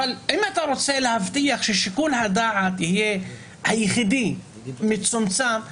אבל אם אתה רוצה להבטיח ששיקול הדעת יהיה היחידי מצומצם,